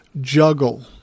juggle